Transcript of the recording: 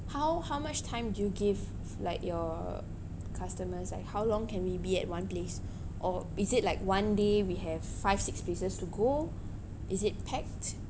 how how much time do you give like your customers like how long can we be at one place or is it like one day we have five six places to go is it packed